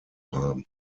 haben